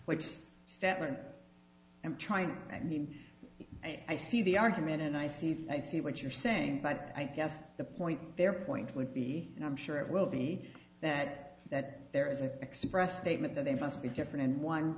china i mean i see the argument and i see i see what you're saying but i guess the point their point would be i'm sure it will be that that there is an express statement that they must be different and one